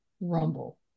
rumble